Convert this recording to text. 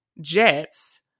jets